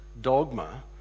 dogma